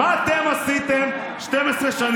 הסוסים בסדר?